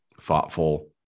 thoughtful